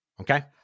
Okay